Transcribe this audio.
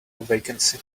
vacancy